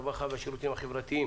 הרווחה והשירותים החברתיים,